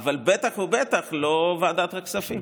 אבל בטח ובטח לא ועדת הכספים.